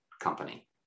company